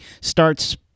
starts